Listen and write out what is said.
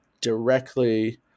directly